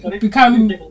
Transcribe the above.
become